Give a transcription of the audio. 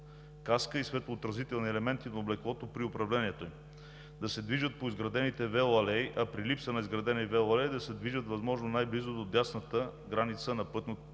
каска и светлоотразителни елементи на облеклото при управлението им, да се движат по изградените велоалеи, а при липса на изградени велоалеи да се движат възможно най-близо до дясната граница на пътното